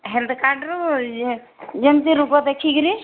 health କାର୍ଡ଼ରୁ ଯେମିତି ରୋଗ ଦେଖିକିରି